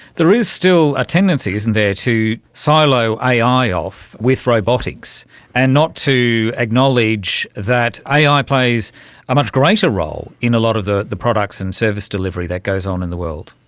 there is still a tendency, isn't there, to silo ai ai off with robotics and not to acknowledge that ai ai plays a much greater role in a lot of the the products and service delivery that goes on in the world.